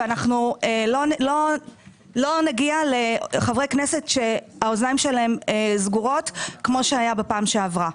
ולא נגיע לחברי כנסת שהאוזניים שלהם סגורות כמו שהיה בפעם שעברה.